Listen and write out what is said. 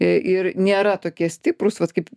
e ir nėra tokie stiprūs vat kaip